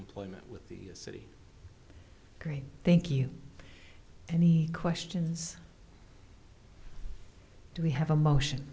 employment with the city green thank you any questions do we have a motion